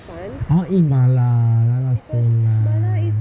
I want to eat mala mala so nice